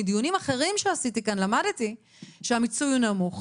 מדיונים אחרים שעשיתי כאן למדתי שהמיצוי הוא נמוך.